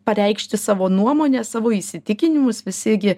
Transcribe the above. pareikšti savo nuomonę savo įsitikinimus visi gi